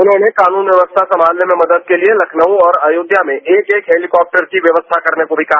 उन्होंने कानून व्यस्था संभालने में मदद के लिए लखनऊ और अयोध्या में एक एक हेलीकॉप्टर की व्यवस्था करने को भी कहा